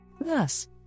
Thus